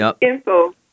info